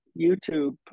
YouTube